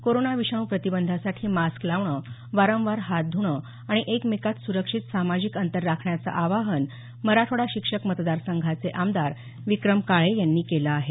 corona विषाणू प्रतिबंधासाठी mask लावणं वारंवार हात ध्रणं आणि एकमेकात सुरक्षित सामाजिक अंतर राखण्याचं आवाहन मराठवाडा शिक्षक मतदारसंघाचे आमदार विक्रम काळे यांनी केलं आहे